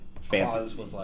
fancy